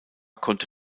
konnte